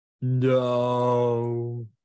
No